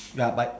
ya bye